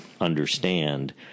understand